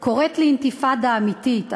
קוראת לאינתיפאדה אמיתית,